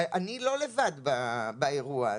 אני לא לבד באירוע הזה.